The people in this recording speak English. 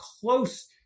close